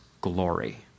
glory